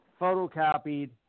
photocopied